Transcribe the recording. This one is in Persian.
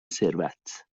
ثروت